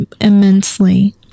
immensely